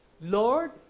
Lord